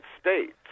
States